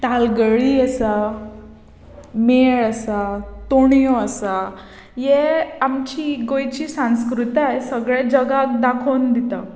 तालगडी आसा मेळ आसा तोणयो आसा हे आमची गोंयची सांस्कृताय सगळ्या जगाक दाखोवन दिता